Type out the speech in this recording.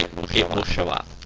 it will show up,